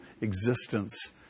existence